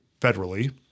federally